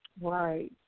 right